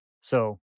So-